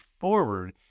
forward